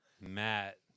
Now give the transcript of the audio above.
Matt